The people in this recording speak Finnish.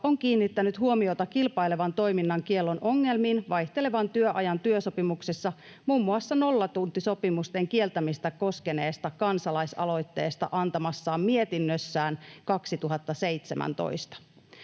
on kiinnittänyt huomiota kilpailevan toiminnan kiellon ongelmiin vaihtelevan työajan työsopimuksissa muun muassa nollatuntisopimusten kieltämistä koskeneesta kansalaisaloitteesta antamassaan mietinnössä 2017.